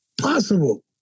possible